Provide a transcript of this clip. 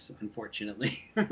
unfortunately